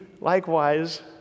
likewise